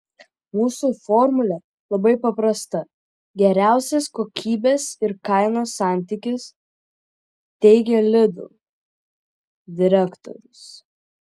mūsų formulė labai paprasta geriausias kokybės ir kainos santykis teigė lidl direktorius